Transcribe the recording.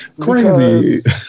Crazy